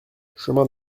chemin